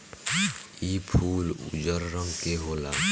इ फूल उजर रंग के होला